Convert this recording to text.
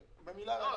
לא.